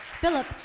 Philip